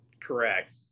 Correct